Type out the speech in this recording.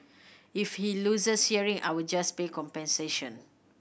if he loses hearing I'll just pay compensation